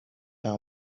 tell